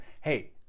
hey